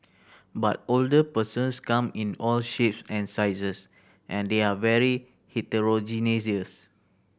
but older persons come in all shapes and sizes and they're very heterogeneous